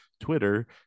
Twitter